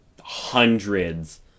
hundreds